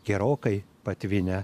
gerokai patvinę